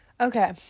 okay